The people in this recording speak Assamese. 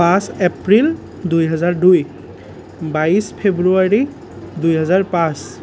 পাঁচ এপ্ৰিল দুই হেজাৰ দুই বাইছ ফেব্ৰুৱাৰী দুই হেজাৰ পাঁচ